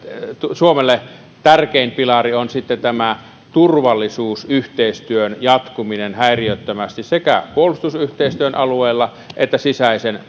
suomelle tärkein pilari on sitten turvallisuusyhteistyön jatkuminen häiriöttömästi sekä puolustusyhteistyön alueella että sisäisen